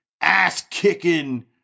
ass-kicking